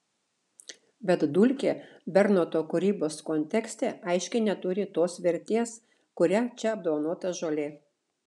bet dulkė bernoto kūrybos kontekste aiškiai neturi tos vertės kuria čia apdovanota žolė